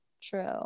True